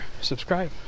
subscribe